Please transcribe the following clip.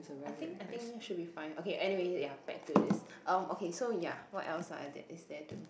I think I think should be fine okay anyway ya back to this um okay so ya what else is there to